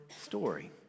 story